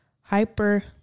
hyper